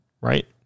right